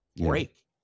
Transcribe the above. break